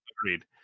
Agreed